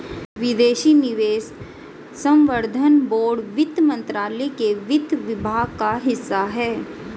विदेशी निवेश संवर्धन बोर्ड वित्त मंत्रालय के वित्त विभाग का हिस्सा है